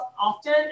often